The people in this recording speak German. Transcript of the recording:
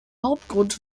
hauptgrund